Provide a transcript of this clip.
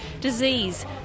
disease